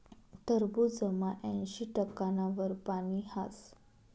टरबूजमा ऐंशी टक्काना वर पानी हास